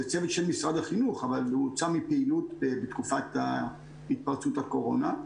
זה צוות של משרד החינוך אבל הוא הוצא בפעילות בתקופת התפרצות הקורונה,